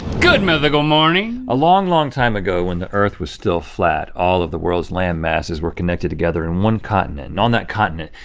good mythical morning. a long, long time ago when the earth was still flat, all of the world's land masses were connected together in one continent and on that continent,